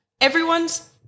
everyone's